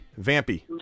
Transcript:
vampy